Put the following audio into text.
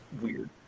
Weird